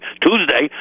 Tuesday